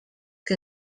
que